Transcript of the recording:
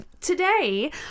today